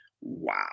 wow